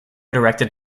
directed